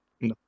No